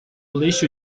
lixo